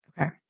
Okay